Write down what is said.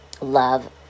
love